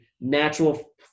natural